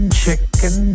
chicken